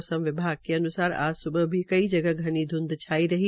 मौसम विभाग के अन्सार आज स्बह भी कई जगह घनी ध्ंध छाई रही